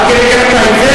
עד כדי כך אתה עיוור?